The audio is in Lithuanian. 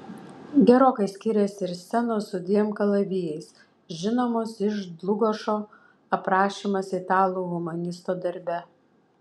gerokai skiriasi ir scenos su dviem kalavijais žinomos iš dlugošo aprašymas italų humanisto darbe